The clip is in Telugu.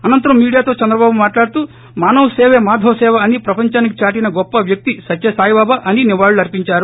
అనంతరం మీడియాతో చంద్రబాబు మాట్లాడుతూ మానవ సేపే మాధవ సేవ అని ప్రపందానికి దాటిన గొప్ప వ్యక్తి సత్యసాయి బాబా అని నివాళులు అర్పిందారు